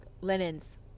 linens